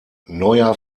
neuer